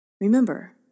Remember